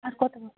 আর কত